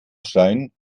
schreien